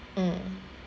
mm